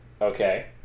Okay